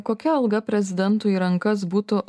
kokia alga prezidentui į rankas būtų